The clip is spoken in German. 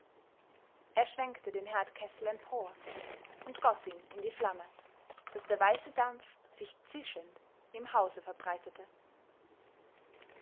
er schwenkte den herdkessel empor und goß ihn in die flamme daß der weiße dampf sich zischend im hause verbreitete